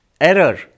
error